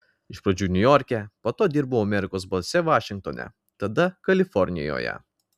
iš pradžių niujorke po to dirbau amerikos balse vašingtone tada kalifornijoje